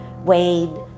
Wayne